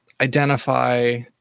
identify